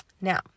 now